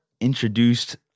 introduced